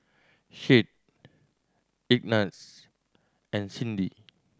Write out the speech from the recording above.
Shade Ignatz and Cyndi